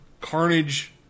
Carnage